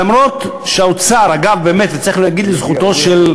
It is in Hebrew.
אף שהאוצר, אגב, באמת צריך להגיד לזכותו של